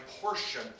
portion